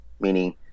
meaning